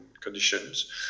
conditions